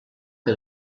que